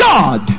God